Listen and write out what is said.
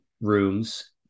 rooms